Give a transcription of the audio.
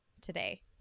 today